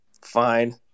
Fine